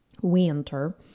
Winter